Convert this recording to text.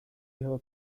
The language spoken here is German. ihre